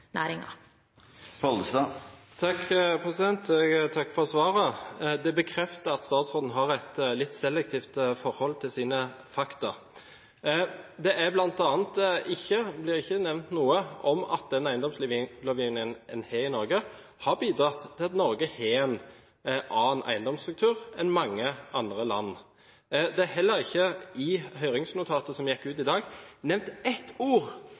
Jeg takker for svaret. Det bekrefter at statsråden har et litt selektivt forhold til sine fakta. Det blir bl.a. ikke nevnt noe om at den eiendomslovgivningen en har i Norge, har bidratt til at Norge har en annen eiendomsstruktur enn mange andre land. Det er heller ikke i høringsnotatet som gikk ut i dag, nevnt ett ord